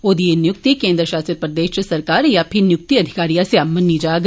औदी एह् नियुक्ति केन्द्र शासित प्रदेश इच सरकार च फ्ही नियुक्ति अधिकारी आस्सेआ मनी जाग